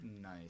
Nice